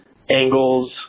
angles